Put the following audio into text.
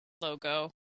logo